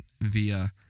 via